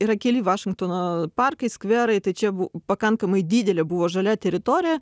yra keli vašingtono parkai skverai tai čia bu pakankamai didelė buvo žalia teritorija